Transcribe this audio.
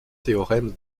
théorème